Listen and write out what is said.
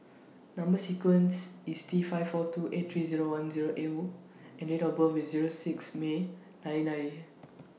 Number sequence IS T five four two eight three one Zero L and Date of birth IS Zero six May nineteen ninety